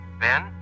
Ben